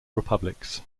republics